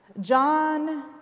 John